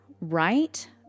right